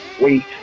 wait